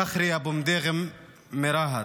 פכרי אבו מדיגם מרהט,